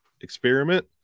experiment